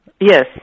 Yes